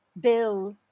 Bill